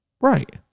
Right